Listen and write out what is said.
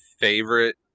favorite